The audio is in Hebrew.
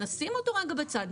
נשים אותו רגע בצד,